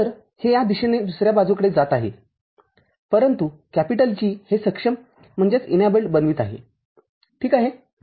तर हे या दिशेने दुसर्या बाजूकडे जात आहे परंतु G हे सक्षम बनवित आहे ठीक आहे